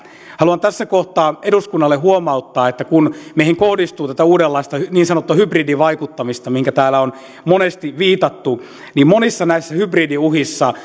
haluan tässä kohtaa eduskunnalle huomauttaa että kun meihin kohdistuu tätä uudenlaista niin sanottua hybridivaikuttamista mihinkä täällä on monesti viitattu niin monissa näissä hybridiuhissa